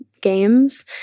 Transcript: games